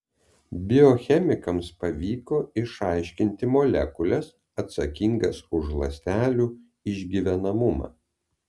biochemikams pavyko išaiškinti molekules atsakingas už ląstelių išgyvenamumą